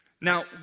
Now